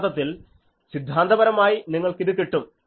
യഥാർത്ഥത്തിൽ സിദ്ധാന്തപരമായി നിങ്ങൾക്ക് ഇത് കിട്ടും